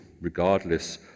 regardless